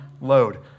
load